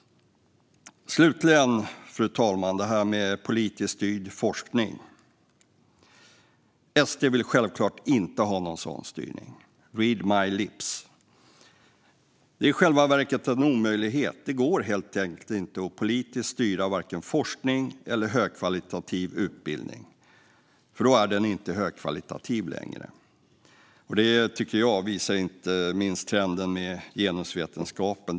Slutligen vill jag ta upp detta med politisk styrd forskning. SD vill självklart inte ha någon sådan styrning. Read my lips! Det är i själva verket en omöjlighet: Det går helt enkelt inte att politiskt styra vare sig forskning eller högkvalitativ utbildning, för då är den inte högkvalitativ längre. Detta visar inte minst trenden med genusvetenskapen.